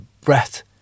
breath